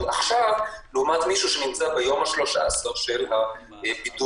עכשיו לעומת מישהו שנמצא ביום ה-13 של הבידוד.